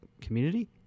community